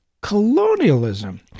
colonialism